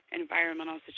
environmental